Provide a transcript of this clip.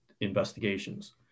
investigations